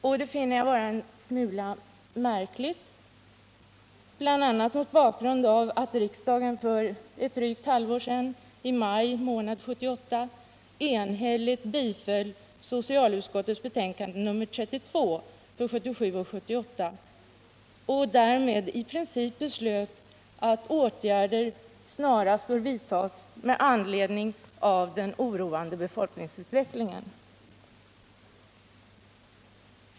Detta finner jag en smula märkligt, bl.a. mot bakgrund av att riksdagen för ett drygt halvår sedan — i maj 1978 — enhälligt biföll socialutskottets betänkande 1977/ 78:32 och därmed i princip beslöt att åtgärder snarast bör vidtas med anledning av den oroande befolkningsutvecklingen.